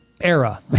Era